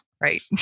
right